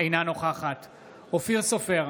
אינה נוכחת אופיר סופר,